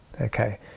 okay